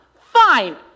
fine